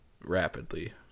rapidly